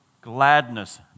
gladness